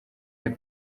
yari